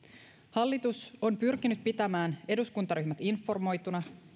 hallitus on pyrkinyt pitämään eduskuntaryhmät informoituina